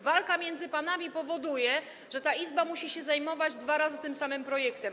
Walka między panami powoduje, że ta Izba musi się zajmować dwa razy tym samym projektem.